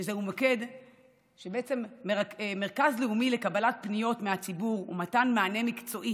שזהו מוקד שהוא בעצם מרכז לאומי לקבלת פניות מהציבור ומתן מענה מקצועי